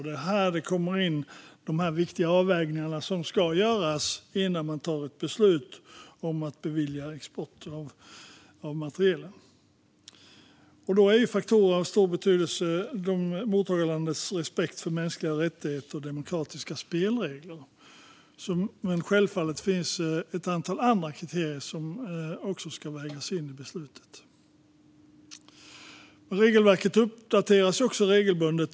Det är här de viktiga avvägningar kommer in som ska göras innan man tar ett beslut om att bevilja export av materielen. En faktor av stor betydelse är mottagarlandets respekt för mänskliga rättigheter och demokratiska spelregler. Men självfallet finns det ett antal andra kriterier som också ska vägas in i beslutet. Regelverket uppdateras regelbundet.